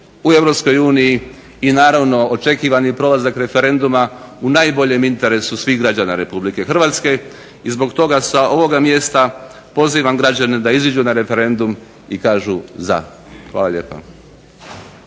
uniji i naravno očekivani prolazak referenduma u najboljem interesu svih građana Republike Hrvatske i zbog toga sa ovoga mjesta pozivam građane da iziđu na referendum i kažu za. Hvala lijepa.